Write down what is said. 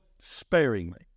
sparingly